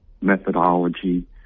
methodology